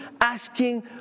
asking